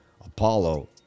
Apollo